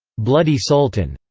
bloody sultan,